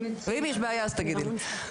ואם יש בעיה, תגידי לי.